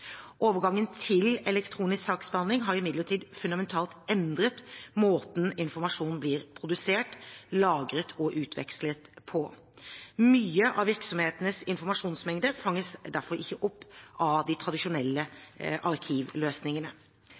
Overgangen til elektronisk saksbehandling har imidlertid fundamentalt endret måten informasjon blir produsert, lagret og utvekslet på. Mye av virksomhetenes informasjonsmengde fanges derfor ikke opp av de tradisjonelle arkivløsningene.